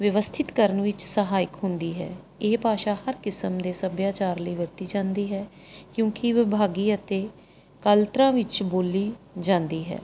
ਵਿਵਸਥਿਤ ਕਰਨ ਵਿੱਚ ਸਹਾਇਕ ਹੁੰਦੀ ਹੈ ਇਹ ਭਾਸ਼ਾ ਹਰ ਕਿਸਮ ਦੇ ਸੱਭਿਆਚਾਰ ਲਈ ਵਰਤੀ ਜਾਂਦੀ ਹੈ ਕਿਉਂਕਿ ਵਿਭਾਗੀ ਅਤੇ ਕਲਤਰਾਂ ਵਿੱਚ ਬੋਲੀ ਜਾਂਦੀ ਹੈ